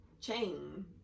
chain